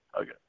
Okay